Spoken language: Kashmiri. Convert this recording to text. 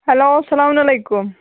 ہٮ۪لو اسَلامُ علیکُم